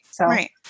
Right